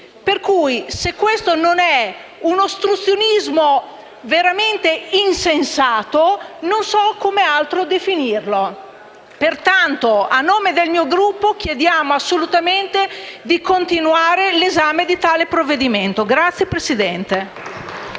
sanitari. Se questo non è un ostruzionismo veramente insensato, io non so come altro definirlo. Pertanto, a nome del mio Gruppo, chiedo assolutamente di proseguire l'esame di tale provvedimento. *(Applausi